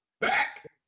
back